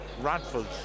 Radford's